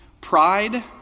pride